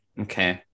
Okay